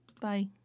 bye